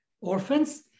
orphans